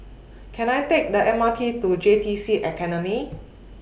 Can I Take The M R T to J T C Academy